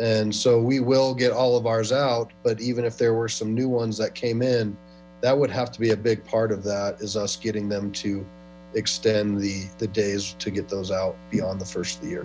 and so we will get all of ours out but even if there were some new ones that came in that would have to be a big part of that is us getting them to extend the days to get those out beyond the first year